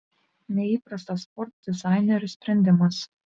neįprastas ford dizainerių sprendimas